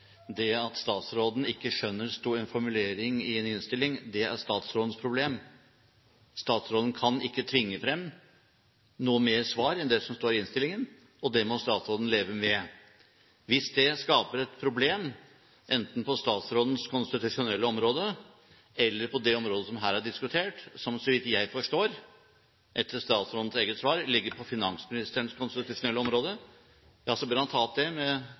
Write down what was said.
Det at statsråden ikke skjønner en formulering i en innstilling, er statsrådens problem. Statsråden kan ikke tvinge frem noe mer svar enn det som står i innstillingen, og det må statsråden leve med. Hvis det skaper et problem, enten på statsrådens konstitusjonelle område eller på det området som her er diskutert, som så vidt jeg forstår, etter statsrådens eget svar, ligger på finansministerens konstitusjonelle område, ja, så bør han ta opp det med